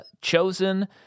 chosen